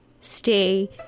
stay